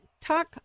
talk